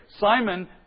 Simon